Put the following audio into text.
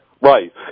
Right